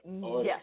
Yes